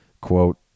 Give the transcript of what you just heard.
quote